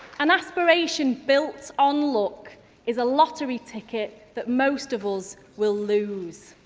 an aspiration built on luck is a lottery ticket that most of us will lose.